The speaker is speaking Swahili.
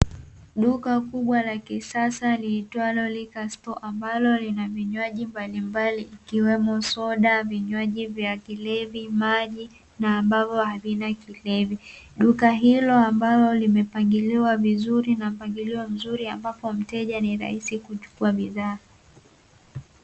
Duka kubwa la kisasa liitwalo "LIQUOR STORE" ambalo lina vinywaji mbalilmbali, ikiwemo soda, vinywaji vya kilevi, maji na ambavyo havina kilevi. Duka hilo ambalo limepangiliwa vizuri na mpangilio mzuri, ambapo mteja ni rahisi kuchukua bidhaa.